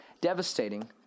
devastating